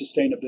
sustainability